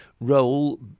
role